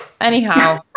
Anyhow